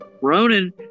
Ronan